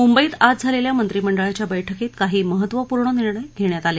मुंबईत आज झालेल्या मंत्रीमंडळाच्या बैठकीत काही महत्तवपूर्ण निर्णय घेण्यात आले